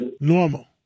normal